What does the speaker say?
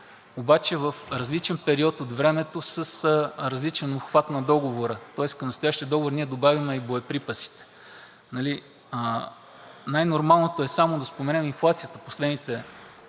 обаче в различен период от времето с различен обхват на Договора. Тоест към настоящия договор ние добавяме и боеприпасите. Най-нормалното е само да споменем инфлацията в последните години